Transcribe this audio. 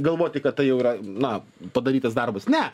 galvoti kad tai jau yra na padarytas darbas ne